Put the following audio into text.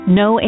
no